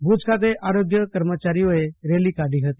ભુજ ખાતે આરોગ્ય કર્મચારીઓએ રેલી કાઢી હતી